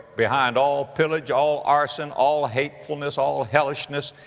behind all pillage, all arson, all hatefulness, all hellishness,